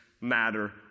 matter